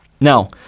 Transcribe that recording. Now